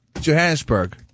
Johannesburg